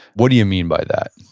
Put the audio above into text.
what do you mean by that?